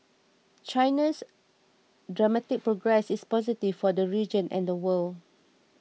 China's dramatic progress is positive for the region and the world